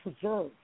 Preserve